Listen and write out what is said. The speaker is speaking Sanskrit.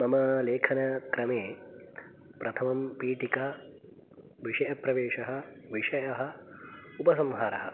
मम लेखनक्रमे प्रथमं पीठिका विषयप्रवेशः विषयः उपसंहारः